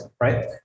right